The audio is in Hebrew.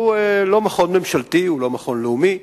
מכון ממשלתי, הוא לא מכון לאומי,